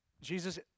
Jesus